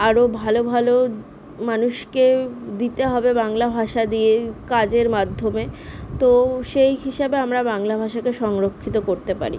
আরও ভালো ভালো মানুষকে দিতে হবে বাংলা ভাষা দিয়ে কাজের মাধ্যমে তো সেই হিসাবে আমরা বাংলা ভাষাকে সংরক্ষিত করতে পারি